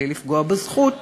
בלי לפגוע בזכות,